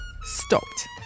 stopped